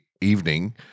evening